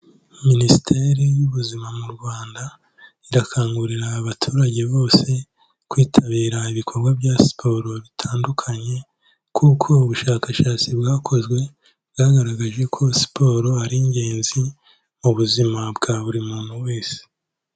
Minisiteri y'Ubuzima mu Rwanda irakangurira abaturage bose kwitabira ibikorwa bya siporo bitandukanye, kuko ubushakashatsi bwakozwe bwagaragaje ko siporo ari ingenzi mu buzima bwa buri muntu wese.